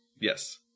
Yes